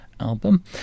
album